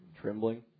trembling